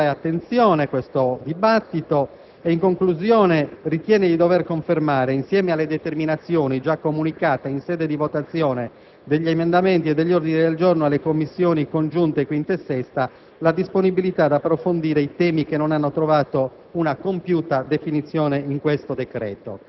Il Governo ha seguito - credo di poterlo dire - con serietà e attenzione questo dibattito e in conclusione ritiene di dover confermare, insieme alle determinazioni già comunicate in sede di votazione degli emendamenti e degli ordini del giorno, alle Commissioni riunite 5a e 6a , la disponibilità ad approfondire i temi che non hanno trovato